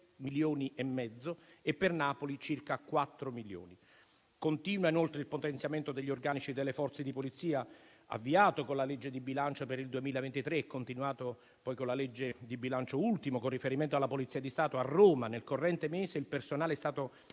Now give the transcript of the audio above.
milioni e mezzo e per Napoli circa 4 milioni. Continua inoltre il potenziamento degli organici delle Forze di polizia, avviato con la legge di bilancio per il 2023 e continuato poi con l'ultima legge di bilancio. Con riferimento alla Polizia di Stato, a Roma, nel corrente mese, il personale è stato